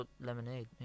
Lemonade